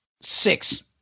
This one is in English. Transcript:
Six